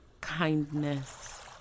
kindness